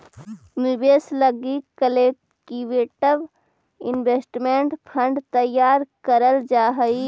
निवेश लगी collective investment fund तैयार करल जा हई